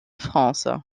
france